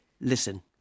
listen